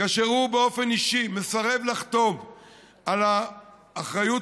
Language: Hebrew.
כאשר הוא באופן אישי מסרב לחתום על האחריות